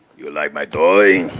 you like my toy?